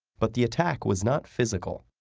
but the attack was not physical.